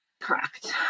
correct